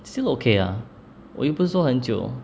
still okay 啊我又不是说很久